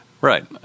Right